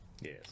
Yes